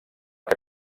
que